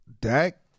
Dak